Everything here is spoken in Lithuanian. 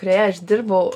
kurioje aš dirbau